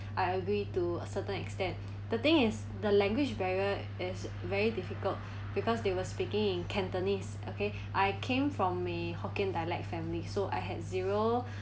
I agree to a certain extent the thing is the language barrier is very difficult because they were speaking in cantonese okay I came from a hokkien dialect family so I had zero